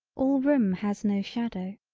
all room has no shadow.